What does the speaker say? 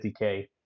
50K